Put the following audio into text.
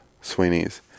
Sweeney's